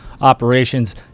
operations